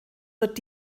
wird